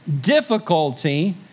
difficulty